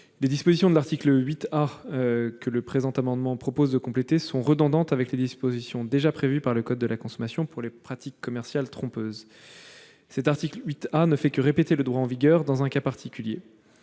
Les dispositions de l'article 8 A, que cet amendement vise à compléter, sont redondantes avec les dispositions déjà prévues par le code de la consommation pour les pratiques commerciales trompeuses. Cet article ne fait que répéter le droit en vigueur dans un cas particulier.